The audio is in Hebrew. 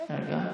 ההצעה